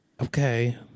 Okay